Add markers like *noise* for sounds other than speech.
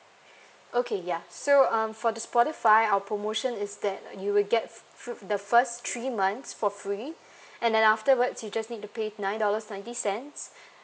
okay ya so um for the spotify our promotion is that you will get fi~ fi~ the first three months for free *breath* and then afterwards you just need to pay nine dollars ninety cents *breath*